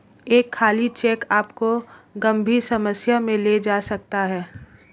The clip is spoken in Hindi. एक खाली चेक आपको गंभीर समस्या में ले जा सकता है